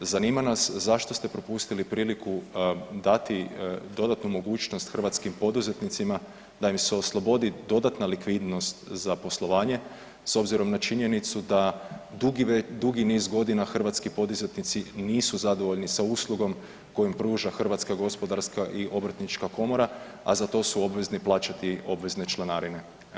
Zanima nas zašto ste propustili priliku dati dodatnu mogućnost hrvatskim poduzetnicima da im se oslobodi dodatna likvidnost za poslovanje s obzirom na činjenicu da dugi niz godina hrvatski poduzetnici nisu zadovoljni sa uslugom koju im pruža Hrvatska gospodarska i obrtnička komora, a za to su obvezni plaćati obvezne članarine.